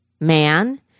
man